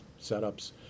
setups